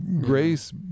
grace